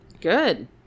Good